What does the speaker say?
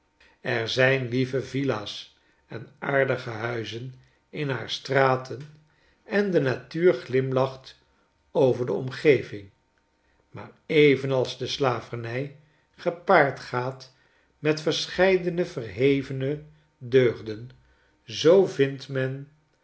er zijn lieve villa's en aardige huizen in haar stratenende natuur glimlacht over de omgeving maar evenals de slavernij gepaard gaat met verscheidene verhevene deugden zoo vindt men